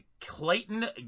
Clayton